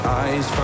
eyes